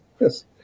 yes